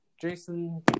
Jason